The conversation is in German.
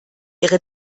ihre